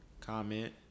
comment